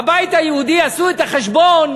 בבית היהודי עשו את החשבון,